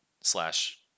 slash